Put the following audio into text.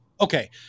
Okay